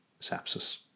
sepsis